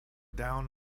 down